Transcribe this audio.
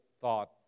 thought